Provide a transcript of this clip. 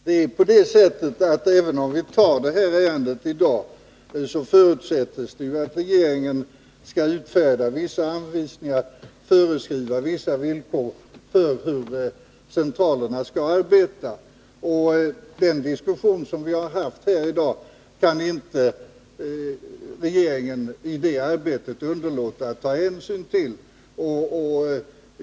Herr talman! Även om vi fattar beslut i detta ärende i dag, så förutsätts det att regeringen skall utfärda vissa anvisningar och föreskriva vissa villkor för hur centralerna skall arbeta. Den diskussion som vi haft här i dag kan regeringen i det arbetet inte underlåta att ta hänsyn till.